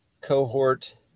cohort